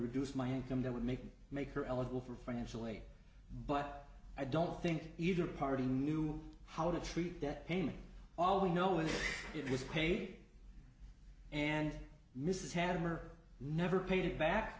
reduce my income that would make make her eligible for financial aid but i don't think either party knew how to treat that pain all we know when it was paid and mrs hammer never paid it back